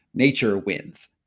nature wins,